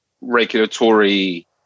regulatory